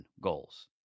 goals